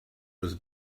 was